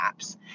apps